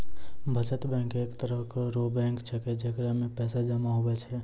बचत बैंक एक तरह रो बैंक छैकै जेकरा मे पैसा जमा हुवै छै